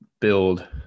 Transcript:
build